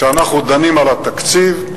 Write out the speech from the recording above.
כשאנחנו דנים על התקציב,